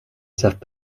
savent